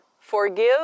Forgive